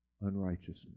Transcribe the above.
unrighteousness